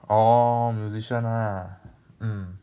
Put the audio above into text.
orh musician lah mm